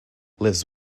lives